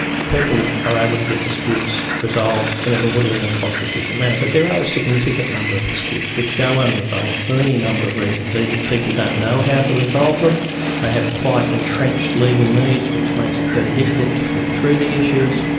people are able to get disputes resolved in an orderly and cost efficient manner, but there are a significant number of disputes which go unresolved for any number of reasons, either people don't know how to resolve them, they have quite entrenched legal needs which makes it very difficult to think through the issues,